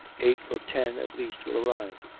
eight or ten at least will arrive.